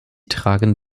tragen